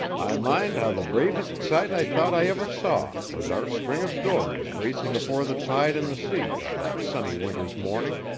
i mind how the bravest sight i thought i ever saw was our string of dories racing afore the tide in the sea of that sunny winter's morning,